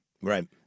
Right